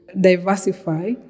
diversify